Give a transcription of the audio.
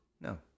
No